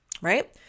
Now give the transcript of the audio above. Right